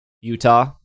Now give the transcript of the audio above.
Utah